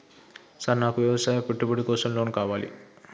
Sir నాకు వ్యవసాయ పెట్టుబడి కోసం లోన్ కావాలి?